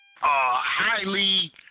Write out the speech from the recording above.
Highly